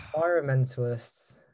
Environmentalists